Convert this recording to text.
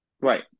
Right